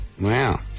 Wow